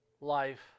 life